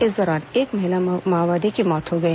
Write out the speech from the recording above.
इस दौरान एक महिला माओवादी की मौत हो गई